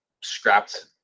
scrapped